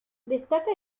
destaca